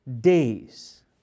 days